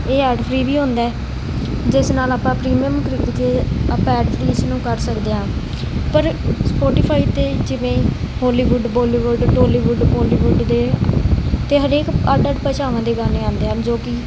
ਇਹ ਐਡ ਵੀ ਹੁੰਦਾ ਜਿਸ ਨਾਲ ਆਪਾਂ ਪ੍ਰੀਮੀਅਮ ਕ੍ਰਿਕਟ ਆਪਾਂ ਐਪ ਫਰੀ ਇਸਨੂੰ ਕਰ ਸਕਦੇ ਆਂ ਪਰ ਸਫੋਟੀਫਾਈ ਤੇ ਜਿਵੇਂ ਹੋਲੀਵੁੱਡ ਬੋਲੀਵੁੱਡ ਟੋਲੀਬੁੱਡ ਪੋਲੀਵੁੱਡ ਦੇ ਤੇ ਹਰੇਕ ਅੱਡ ਅੱਡ ਭਾਸ਼ਾਵਾਂ ਦੇ ਗਾਣੇ ਆਉਂਦੇ ਹਨ ਜੋ ਕੀ